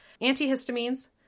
Antihistamines